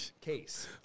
case